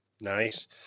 Nice